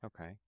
Okay